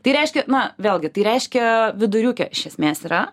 tai reiškia na vėlgi tai reiškia viduriuke iš esmės yra